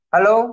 Hello